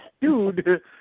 dude